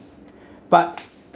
but